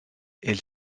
elle